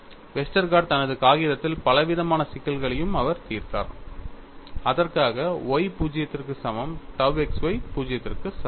Westergaard தனது காகிதத்தில் பலவிதமான சிக்கல்களையும் அவர் தீர்த்தார் அதற்காக y 0 க்கு சமம் tau x y 0 க்கு சமம்